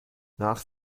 nach